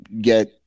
get